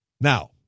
Now